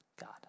God